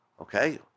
Okay